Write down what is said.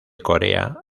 corea